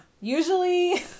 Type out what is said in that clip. Usually